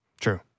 True